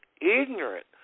ignorant